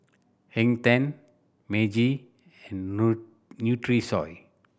Hang Ten Meiji and Nutrisoy